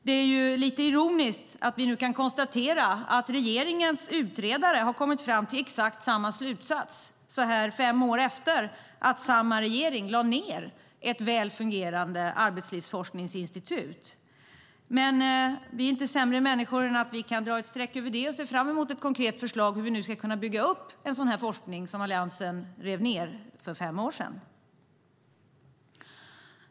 Det är lite ironiskt att vi nu kan konstatera att regeringens utredare har kommit fram till exakt samma slutsats, så här fem år efter att samma regering lade ned ett väl fungerande arbetslivsforskningsinstitut. Men vi är inte sämre människor än att vi kan dra ett streck över det och se fram emot ett konkret förslag om hur vi nu ska kunna bygga en sådan forskning som Alliansen rev ned för fem år sedan.